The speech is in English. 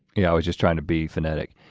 yeah, i was just trying to be phonetic.